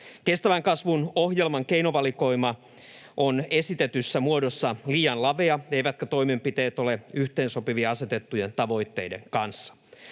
Kestävän kasvun ohjelman keinovalikoima on esitetyssä muodossa liian lavea, eivätkä toimenpiteet ole yhteensopivia asetettujen tavoitteiden kanssa.